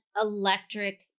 electric